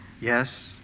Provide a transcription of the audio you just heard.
Yes